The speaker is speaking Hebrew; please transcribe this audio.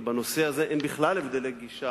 ובנושא הזה אין בכלל הבדלי גישה